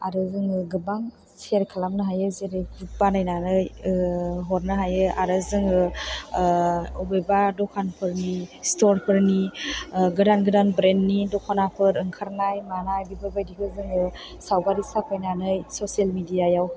आरो जोङो गोबां सेयार खालामनो हायो जेरै ग्रुप बानायनानै हरनो हायो आरो जोङो बबेबा दखानफोरनि स्ट'र फोरनि गोदान गोदान ब्रेण्ड नि दख'नाफोर ओंखारनाय मानाय बेफोरबादिखौ जोङो सावगारि साफायनानै ससियेल मिडिया आव